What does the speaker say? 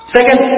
Second